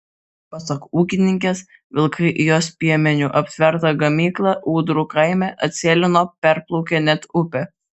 pasak ūkininkės vilkai į jos piemeniu aptvertą ganyklą ūdrų kaime atsėlino perplaukę net upę